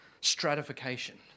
stratification